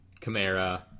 Kamara